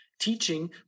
teaching